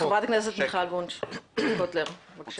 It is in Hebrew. חברת הכנסת מיכל וונש קוטלר, בבקשה.